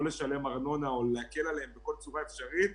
לא לשלם ארנונה או להקל עליהם בכל צורה אפשרית,